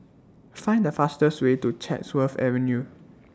Find The fastest Way to Chatsworth Avenue